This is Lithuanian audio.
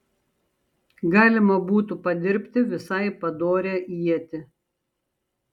galima būtų padirbti visai padorią ietį